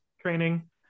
training